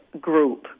group